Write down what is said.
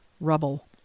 Rubble